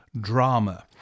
drama